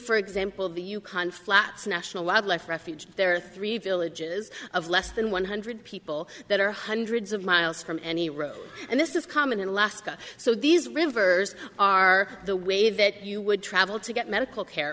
for example the yukon flats national wildlife refuge there are three villages of less than one hundred people that are hundreds of miles from any road and this is common in alaska so these rivers are the way that you would travel to get medical care